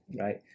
right